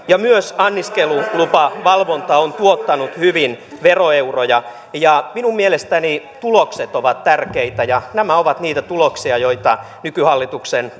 myös anniskelulupavalvonta on tuottanut hyvin veroeuroja minun mielestäni tulokset ovat tärkeitä ja nämä ovat niitä tuloksia joita nykyhallituksen